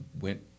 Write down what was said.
went